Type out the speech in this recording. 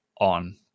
on